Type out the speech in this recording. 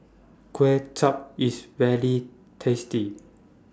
Kway Chap IS very tasty